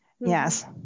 yes